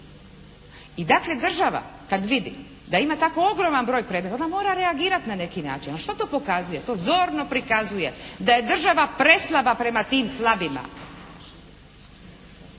I dakle država kad vidi da ima tako ogroman broj predmeta ona mora reagirati na neki način. No što to pokazuje? To zorno prikazuje da je država preslaba prema tim slabima.